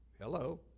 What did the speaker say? hello